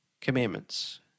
commandments